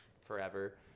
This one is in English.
forever